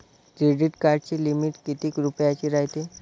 Credit कार्डाची limit कितीक रुपयाची रायते?